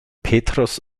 petrus